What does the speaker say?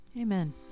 Amen